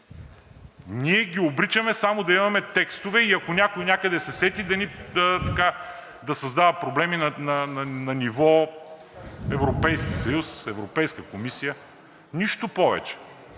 ние ги обричаме – само да имаме текстове и ако някой някъде се сети да създава проблеми на ниво Европейски съюз, Европейска комисия – нищо повече.